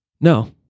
no